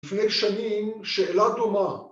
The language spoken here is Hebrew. ‫לפני שנים, שאלה דומה.